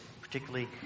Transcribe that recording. particularly